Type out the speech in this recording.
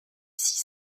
six